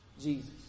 Jesus